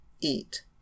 eat